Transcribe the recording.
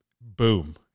boom